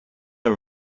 are